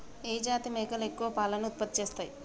ఏ జాతి మేకలు ఎక్కువ పాలను ఉత్పత్తి చేస్తయ్?